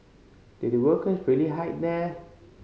did the workers really hide here